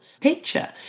picture